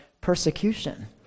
persecution